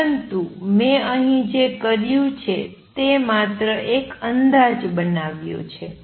પરંતુ મેં અહીં જે કર્યું છે તે માત્ર એક અંદાજ બનાવ્યો છે